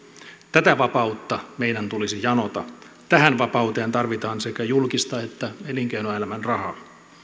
tätä vapautta meidän tulisi janota tähän vapauteen tarvitaan sekä julkista että elinkeinoelämän rahaa